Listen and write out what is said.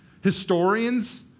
Historians